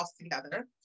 together